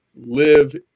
live